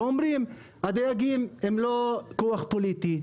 ואומרים: הדייגים הם לא כוח פוליטי,